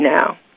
now